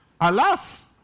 Alas